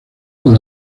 con